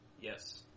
Yes